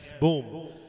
boom